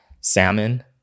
Salmon